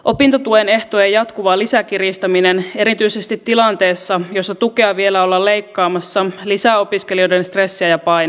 opintotuen ehtojen jatkuva lisäkiristäminen erityisesti tilanteessa jossa tukea vielä ollaan leikkaamassa lisää opiskelijoiden stressiä ja paineita